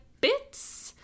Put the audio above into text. bits